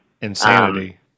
Insanity